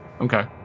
okay